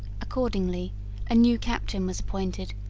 accordingly a new captain was appointed,